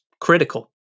critical